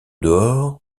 dehors